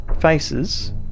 faces